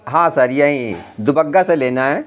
ہاں سر یہیں دوبگھہ سے لینا ہے